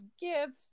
gifts